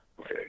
okay